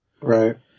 Right